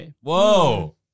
Whoa